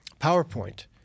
PowerPoint